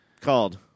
called